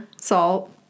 salt